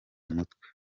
mutwe